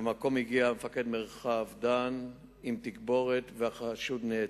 למקום הגיע מפקד מרחב דן עם תגבורת והחשוד נעצר.